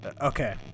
okay